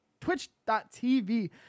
twitch.tv